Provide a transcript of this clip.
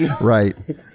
Right